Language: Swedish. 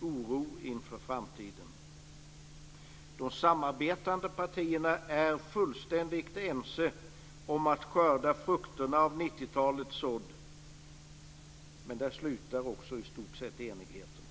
oro inför framtiden. De samarbetande partierna är fullständigt ense om att skörda frukterna av 90 talets sådd, men där slutar också i stort sett enigheten.